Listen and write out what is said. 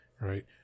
right